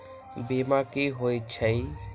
बीमा कि होई छई?